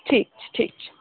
ठीक छै ठीक छै